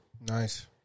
Nice